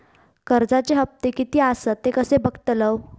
कर्जच्या हप्ते किती आसत ते कसे बगतलव?